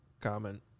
comment